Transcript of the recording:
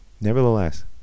Nevertheless